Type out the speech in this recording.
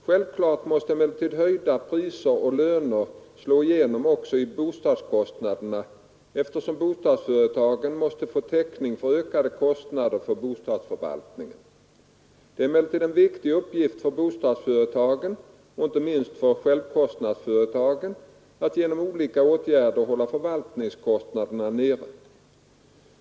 Självklart måste emellertid höjda priser och löner slå igenom också i bostadskostnaderna, eftersom bostadsföretagen måste få täckning för ökade kostnader för bostadsförvaltningen. Det är emellertid en viktig uppgift för bostadsföretagen och inte minst självkostnadsföretagen att genom olika åtgärder hålla förvaltningskostnaderna nere.